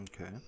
Okay